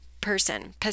person